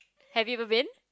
have you ever been